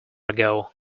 ago